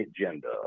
agenda